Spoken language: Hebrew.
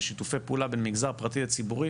של שיתופי פעולה בין מגזר פרטי לציבורי